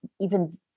even-